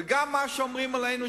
וגם מה שאומרים עלינו,